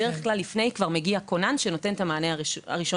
בדרך כלל לפני כבר מגיע כונן שנותן את המענה הראשוני.